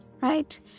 right